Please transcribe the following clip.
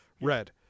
red